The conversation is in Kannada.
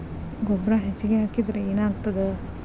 ಗೊಬ್ಬರ ಹೆಚ್ಚಿಗೆ ಹಾಕಿದರೆ ಏನಾಗ್ತದ?